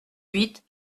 huit